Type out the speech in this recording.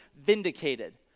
vindicated